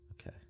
Okay